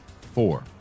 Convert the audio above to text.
four